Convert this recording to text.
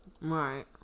Right